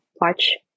watch